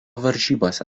varžybose